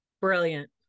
Brilliant